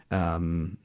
um,